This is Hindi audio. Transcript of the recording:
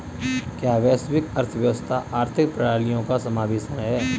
क्या वैश्विक अर्थव्यवस्था आर्थिक प्रणालियों का समावेशन है?